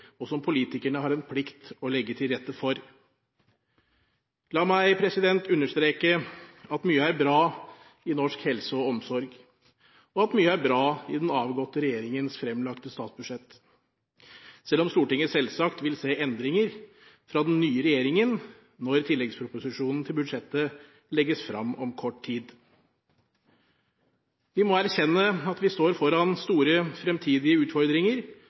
til, som politikerne har en plikt til å legge til rette for. La meg understreke at mye er bra i norsk helse og omsorg, og at mye er bra i den avgåtte regjeringens fremlagte statsbudsjett, selv om Stortinget selvsagt vil se endringer fra den nye regjeringen når tilleggsproposisjonen til budsjettet legges frem om kort tid. Vi må erkjenne at vi står foran store fremtidige utfordringer